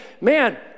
man